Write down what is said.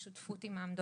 בשותפות עם חברת